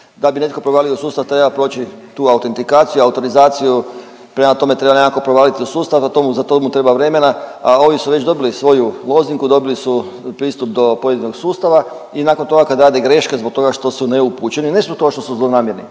Da bi netko provalio u sustav, treba proći tu autentikaciju, autorizaciju, prema tome, treba nekako provaliti u sustav, za to mu treba vremena, a ovi su već dobili svoju lozinku, dobili su pristup do pojedinog sustava i nakon toga, kad rade greške zbog toga što su neupućeni, ne zbog toga što su zlonamjerni,